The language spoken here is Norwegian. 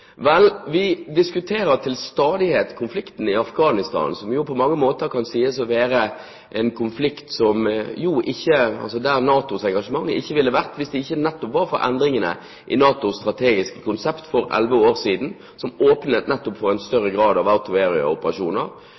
Vel, vi diskuterer til stadighet konflikten i Afghanistan, som på mange måter kan sies å være en konflikt der NATOs engasjement ikke ville vært hvis det ikke nettopp var for endringene i NATOs strategiske konsept for elleve år siden, som åpnet nettopp for en større grad av